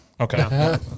Okay